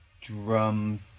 drum